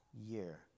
year